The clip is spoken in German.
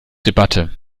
debatte